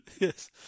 yes